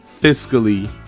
fiscally